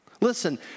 Listen